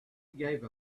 gave